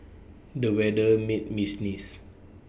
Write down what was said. the weather made me sneeze